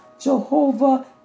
Jehovah